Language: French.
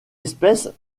espèce